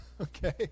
Okay